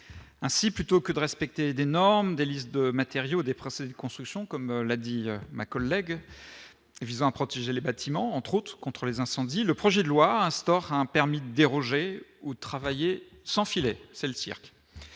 ainsi plutôt que de respecter des normes, des listes de matériaux des princes et une construction, comme l'a dit ma collègue visant à protéger les bâtiments entre autres contre les incendies, le projet de loi instaure un permis déroger aux travailler sans filet, c'est le cirque